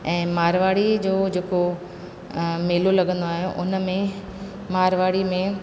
ऐं मारवाड़ी जो जेको मेलो लॻंदो आहे उन में मारवाड़ी में